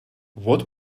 what